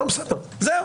זהו.